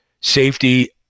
safety